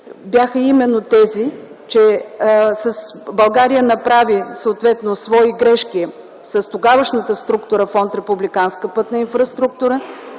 бяха именно тези, че България направи свои грешки с тогавашната структура на Фонд „Републиканска пътна инфраструктура”.